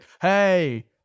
hey